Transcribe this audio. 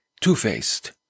two-faced